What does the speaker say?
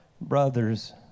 brothers